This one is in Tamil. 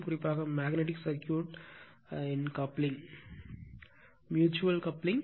குறிப்பாக மேக்னட்டிக் சர்க்யூட்டின் கப்ளிங் ம்யூச்சுவல் கப்ளிங்